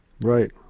Right